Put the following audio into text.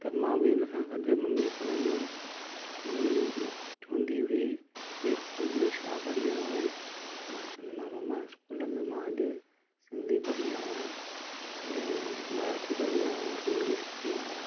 त मां बि हुन सां गॾु मम्मीअ सां वेंदो हुउमि मम्मी चवंदी हुई की स्कूल में छा पढ़ी आयो आहे मां चवंदोमांसि मम्मा स्कूल में मां अॼु सिंधी पढ़ी आयो आहियां ऐं मराठी पढ़ी आयो आहियां इंग्लिश पढ़ी आयो आहियां